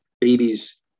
babies